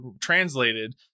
translated